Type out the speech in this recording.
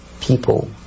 people